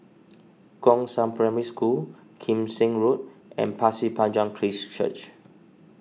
Gongshang Primary School Kim Seng Road and Pasir Panjang Christ Church